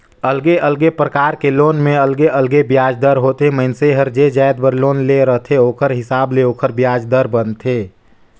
अलगे अलगे परकार के लोन में अलगे अलगे बियाज दर ह होथे, मइनसे हर जे जाएत बर लोन ले रहथे ओखर हिसाब ले ओखर बियाज दर बनथे